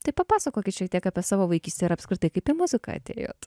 tai papasakokit šiek tiek apie savo vaikystę ir apskritai kaip į muziką atėjot